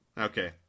Okay